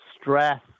stress